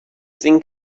think